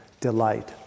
delight